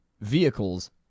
vehicles